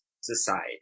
society